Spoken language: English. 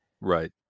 Right